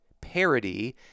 parody